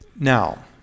Now